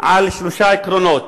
על שלושה עקרונות.